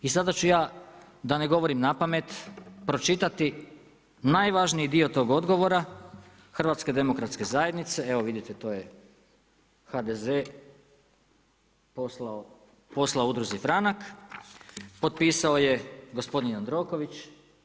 I sada ću ja da ne govorim na pamet pročitati najvažniji dio tog odgovora HDZ-a, evo vidite to je HDZ poslao Udruzi Franak, potpisao je gospodin Jandroković.